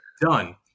Done